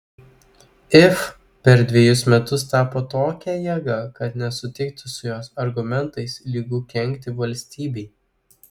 if per dvejus metus tapo tokia jėga kad nesutikti su jos argumentais lygu kenkti valstybei